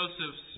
Joseph's